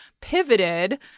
pivoted